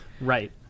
Right